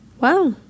Wow